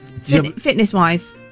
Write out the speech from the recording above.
Fitness-wise